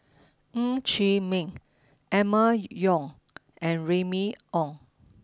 Ng Chee Meng Emma Yong and Remy Ong